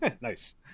nice